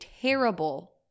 terrible